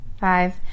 Five